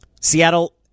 Seattle